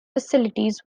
facilities